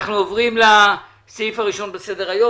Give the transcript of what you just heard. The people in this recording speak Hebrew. אנחנו עוברים לסעיף הראשון בסדר היום,